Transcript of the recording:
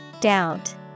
Doubt